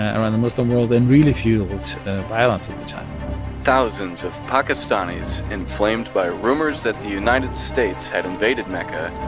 ah around the muslim world and really fueled violence at the time thousands of pakistanis, inflamed by rumors that the united states had invaded mecca,